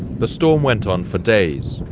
the storm went on for days,